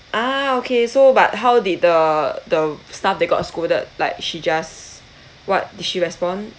ah okay so but how did the the staff that got scolded like she just what did she respond